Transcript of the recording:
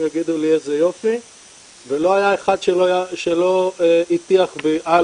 יגידו לי איזה יופי ולא היה אחד שלא הטיח בי: אה,